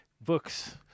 books